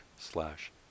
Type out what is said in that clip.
slash